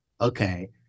okay